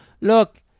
look